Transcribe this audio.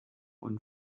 und